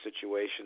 situation